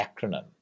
acronym